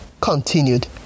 continued